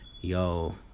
yo